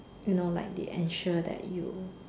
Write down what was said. you know like they ensure that you